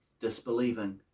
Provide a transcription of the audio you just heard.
disbelieving